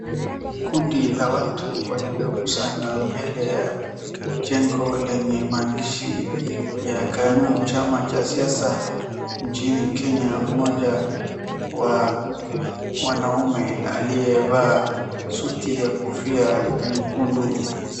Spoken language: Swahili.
Kundi la watu waliokusanywa mbele ya jengo lenye maandishi ya KANU chama cha siasa nchini Kenya, moja wa wanaume aliyevaa suti ya kofia nyekundu.